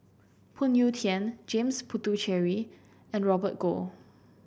Phoon Yew Tien James Puthucheary and Robert Goh